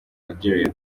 algeria